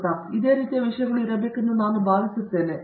ಪ್ರತಾಪ್ ಹರಿಡೋಸ್ ಇದೇ ರೀತಿಯ ವಿಷಯಗಳು ಇರಬೇಕೆಂದು ನಾನು ಭಾವಿಸುತ್ತೇನೆ